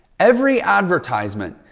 every advertisement,